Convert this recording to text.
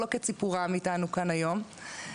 לחלוק את סיפורם איתנו כאן היום.